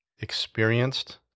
experienced